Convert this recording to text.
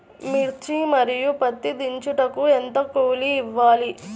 మిర్చి మరియు పత్తి దించుటకు ఎంత కూలి ఇవ్వాలి?